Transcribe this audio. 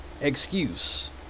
excuse